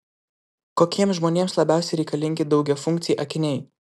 kokiems žmonėms labiausiai reikalingi daugiafunkciai akiniai